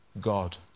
God